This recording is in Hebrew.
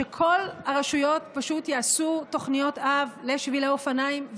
שכל הרשויות יעשו תוכניות-אב לשבילי אופניים.